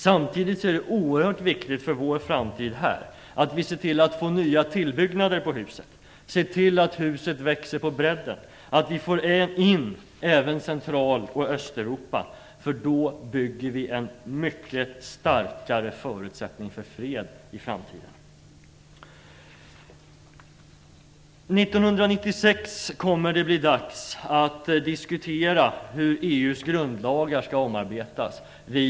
Samtidigt är det oerhört viktigt för vår framtid här att vi ser till att få nya tillbyggnader på huset och ser till att huset växer på bredden - att vi får in även Central och Östeuropa, för då bygger vi upp mycket starkare förutsättningar för fred i framtiden. År 1996 kommer det att bli dags att i regeringskonferensen diskutera hur EU:s grundlagar skall omarbetas.